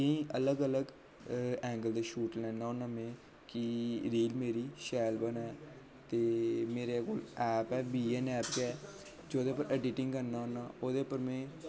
केईं अलग अलग एंगल दे शूट लैना होना में कि रील मेरी शैल बने ते मेरे कोल ऐप वी एन ऐप गै जोह्दे उप्पर एडिटिंग करना होना ओह्दे उप्पर में